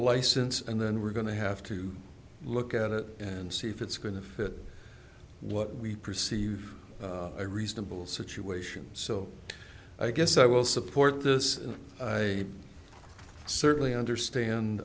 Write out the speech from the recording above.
license and then we're going to have to look at it and see if it's going to fit what we perceive a reasonable situation so i guess i will support this i certainly understand